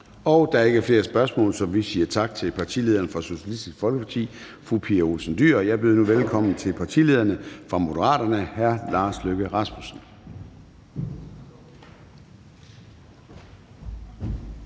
Der er ikke flere spørgsmål, så vi siger tak til partilederen fra Socialistisk Folkeparti, fru Pia Olsen Dyhr. Jeg byder nu velkommen til partilederen fra Moderaterne, hr. Lars Løkke Rasmussen.